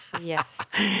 Yes